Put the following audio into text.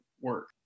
work